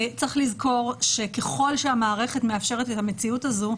צריך לזכור שככל שהמערכת מאפשרת את המציאות הזו,